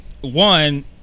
one